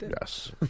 Yes